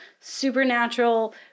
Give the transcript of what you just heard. supernatural